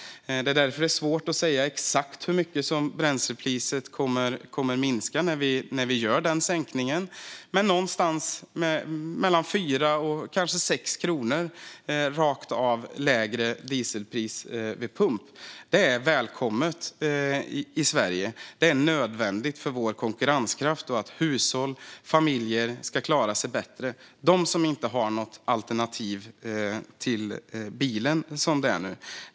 Det är därför svårt att säga med exakt hur mycket bränslepriset kommer att minska när vi sänker reduktionsplikten. Men ett lägre dieselpris någonstans mellan 4 och kanske 6 kronor rakt av vid pump är välkommet i Sverige. Det är nödvändigt för vår konkurrenskraft och för att hushåll och familjer, de som inte har något alternativ till bilen som det är nu, ska klara sig bättre.